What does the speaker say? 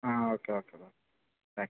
ఆ okay okay bye